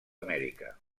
amèrica